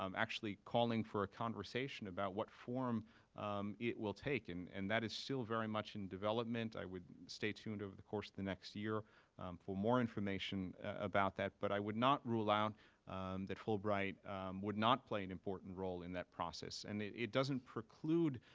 um actually calling for a conversation about what form it will take, and and that is still very much in development. i would stay tuned over the course of the next year for more information about that, but i would not rule out that fulbright would not play an important role in that process. and it doesn't preclude